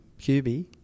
QB